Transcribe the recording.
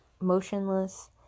motionless